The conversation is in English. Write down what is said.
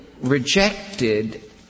rejected